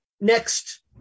next